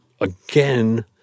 again